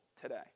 today